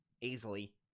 easily